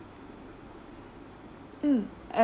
mm o~